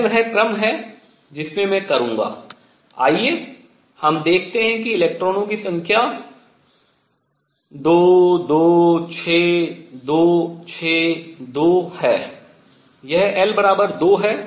यह वह क्रम है जिसमें मैं करूंगा आइए हम देखते हैं इलेक्ट्रॉनों की संख्या 2 2 6 2 6 2 है यह l 2 है